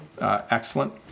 Excellent